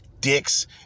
dicks